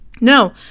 No